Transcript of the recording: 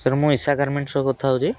sir ମୁଁ Isha Garments ସହ କଥା ହଉଛି